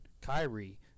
Kyrie